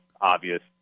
obvious